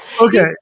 Okay